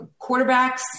quarterbacks